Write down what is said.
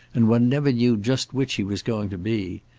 and one never knew just which he was going to be.